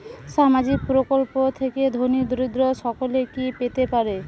সামাজিক প্রকল্প থেকে ধনী দরিদ্র সকলে কি পেতে পারে?